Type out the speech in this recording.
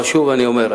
אבל שוב אני אומר,